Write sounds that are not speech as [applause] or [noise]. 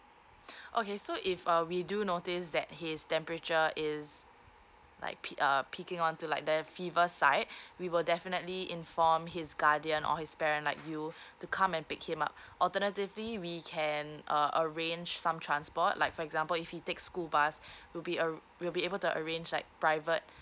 [breath] okay so if uh we do notice that his temperature is like pick uh picking on to like the fever side [breath] we will definitely inform his guardian or his parent like you to come and pick him up alternatively we can uh arrange some transport like for example if he takes school bus we'll be ar~ we'll be able to arrange like private